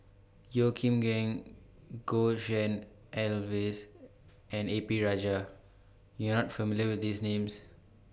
Yeo Kim Seng Goh Tshin En Sylvia and A P Rajah YOU Are not familiar with These Names